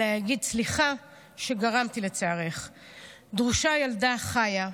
אלא יגיד 'סליחה שגרמתי לצערך'; דרושה ילדה חיה,